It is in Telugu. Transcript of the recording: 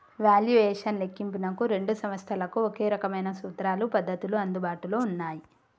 వాల్యుయేషన్ లెక్కింపునకు రెండు సంస్థలకు ఒకే రకమైన సూత్రాలు, పద్ధతులు అందుబాటులో ఉన్నయ్యి